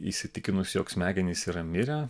įsitikinus jog smegenys yra mirę